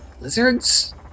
lizards